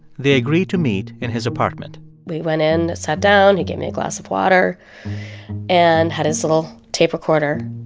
they agreed to meet in his apartment we went in, sat down. he gave me a glass of water and had his little tape recorder.